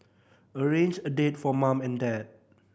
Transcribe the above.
arrange a date for mum and dad